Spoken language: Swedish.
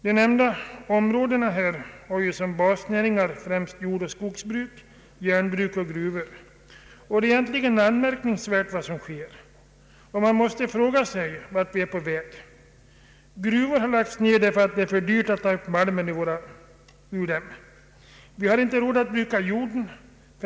De nämnda områdena har ju som basnäring främst jordoch skogsbruk, järnbruk och gruvdrift. Vad som sker är egentligen anmärkningsvärt, och man måste fråga sig vart vi är på väg. Gruvor har lagts ner därför att det är för dyrt att ta upp malmen ur dem, och vi har inte råd att bruka jorden.